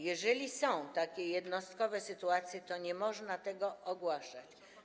Jeżeli są takie jednostkowe sytuacje, to nie można tego ogłaszać.